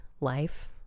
life